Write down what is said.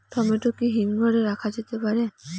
Tomato কি হিমঘর এ রাখা যেতে পারে?